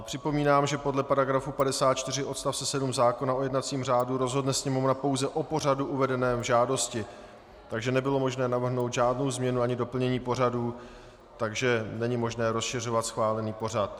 Připomínám, že podle § 54 odst. 7 zákona o jednacím řádu rozhodne Sněmovna pouze o pořadu uvedeném v žádosti, takže nebylo možné navrhnout žádnou změnu ani doplnění pořadu, takže není možné rozšiřovat schválený pořad.